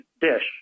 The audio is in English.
DISH